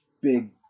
big